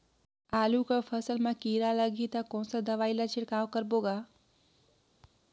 आलू कर फसल मा कीरा लगही ता कौन सा दवाई ला छिड़काव करबो गा?